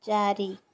ଚାରି